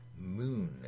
moon